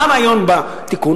מה הרעיון בתיקון?